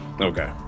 Okay